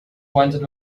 wanted